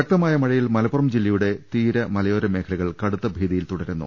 ശക്തമായ മഴയിൽ മലപ്പുറം ജില്ലയുടെ തീര മലയോര മേഖലകൾ കടുത്ത ഭീതിയിൽ തുടരുന്നു